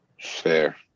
fair